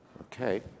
Okay